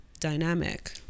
dynamic